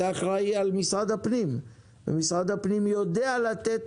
אתה אחראי על משרד הפנים ומשרד הפנים יודע לתת